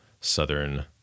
southern